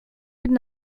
would